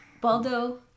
Baldo